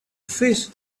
fish